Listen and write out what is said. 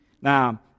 Now